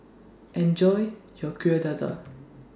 Enjoy your Kueh Dadar